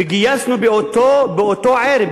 וגייסנו באותו ערב,